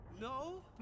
No